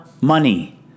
money